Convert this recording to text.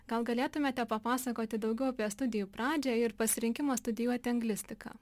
gal galėtumėte papasakoti daugiau apie studijų pradžią ir pasirinkimą studijuoti anglistiką